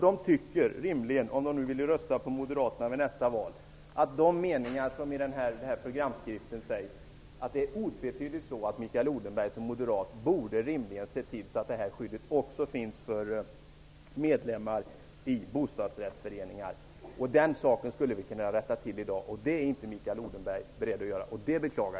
De tycker rimligen, om de nu vill rösta på Moderaterna vid nästa val, att det med de meningar som finns i den här programskriften otvetydigt är så, att Mikael Odenberg som moderat borde se till att detta skydd också finns för medlemmar i bostadsrättsföreningar. Detta förhållande skulle vi kunna rätta till i dag, men det är inte Mikael Odenberg beredd att göra, vilket jag beklagar.